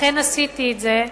ולכן עשיתי את זה.